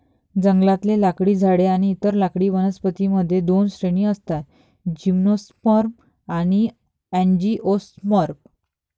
जंगलातले लाकडी झाडे आणि इतर लाकडी वनस्पतीं मध्ये दोन श्रेणी असतातः जिम्नोस्पर्म आणि अँजिओस्पर्म